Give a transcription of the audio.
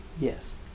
yes